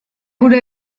gure